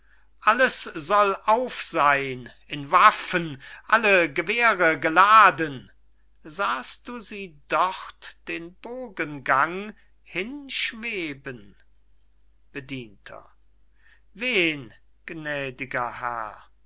alles soll auf seyn in waffen alle gewehre geladen sahst du sie dort den bogengang hinschweben bedienter wen gnädiger herr